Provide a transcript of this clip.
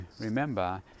remember